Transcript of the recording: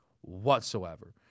whatsoever